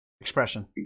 expression